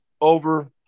over